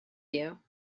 you